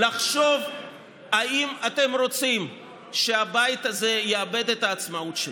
לחשוב אם אתם רוצים שהבית הזה יאבד את העצמאות שלו,